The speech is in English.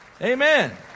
Amen